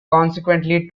consequently